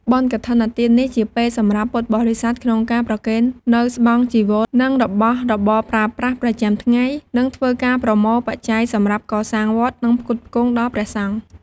បុណ្យកឋិនទាននេះ ជាពេលសម្រាប់ពុទ្ធបរិស័ទក្នុងការប្រគេននូវស្បង់ចីវរនិងរបស់របរប្រើប្រាស់ប្រចាំថ្ងៃ និងធ្វើការប្រមូលបច្ច័យសម្រាប់កសាងវត្ត និងផ្គត់ផ្គងដល់ព្រះសង្ឃ ។